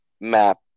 map